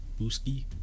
Booski